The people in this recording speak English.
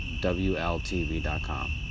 WLTV.com